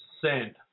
Send